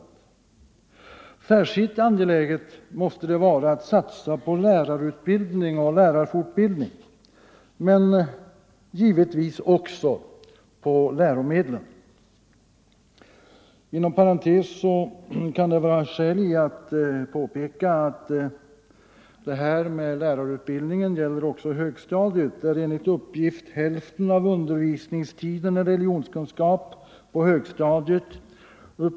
Nr 126 Särskilt angeläget måste det vara att satsa på lärarutbildning och fort Torsdagen den bildning men också på läromedlen. Inom parentes sagt kan det vara skäl 21 november 1974 att påpeka att detta med lärarutbildningen också gäller högstadiet, där enligt uppgift hälften av undervisningstiden i religionskunskap upphålls Ang.